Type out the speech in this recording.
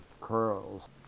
curls